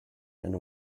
and